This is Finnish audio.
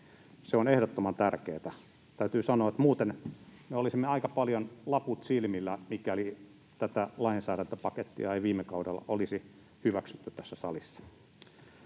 se on ehdottoman tärkeätä. Täytyy sanoa, että muuten me olisimme aika paljon laput silmillä, mikäli tätä lainsäädäntöpakettia ei viime kaudella olisi hyväksytty tässä salissa.